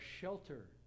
shelter